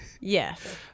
Yes